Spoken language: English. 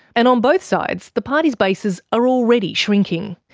and on both sides, the parties' bases are already shrinking.